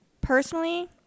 personally